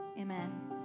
amen